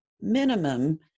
minimum